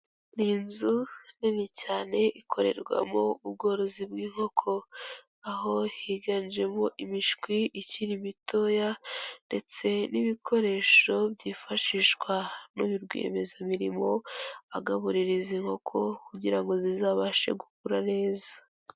Ni inzu nini cyane ikorerwamo ubworozi bw'inkoko, aho higanjemo imishwi ikiri mitoya ndetse n'ibikoresho byifashishwa n'uyu rwiyemezamirimo, agaburira izi nkoko, kugira ngo zizabashe gukura neza.